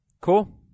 Cool